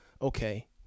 okay